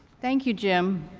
thank you, jim.